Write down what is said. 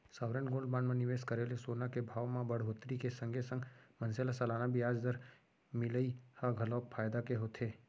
sovereign gold bond म निवेस करे ले सोना के भाव म बड़होत्तरी के संगे संग मनसे ल सलाना बियाज दर मिलई ह घलोक फायदा के होथे